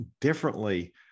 differently